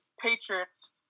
Patriots